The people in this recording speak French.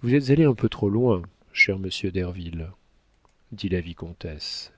vous êtes allé un peu trop loin cher monsieur derville dit la vicomtesse